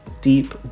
deep